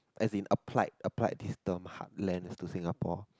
as been applied applied this term heartland is to Singapore